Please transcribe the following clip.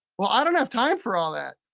well i don't have time for all that,